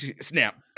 snap